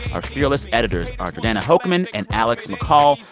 our fearless editors are jordana hochman and alex mccall.